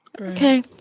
okay